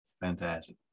fantastic